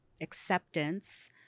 acceptance